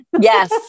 yes